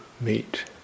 meet